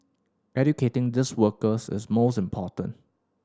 educating these workers is most important